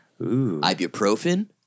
Ibuprofen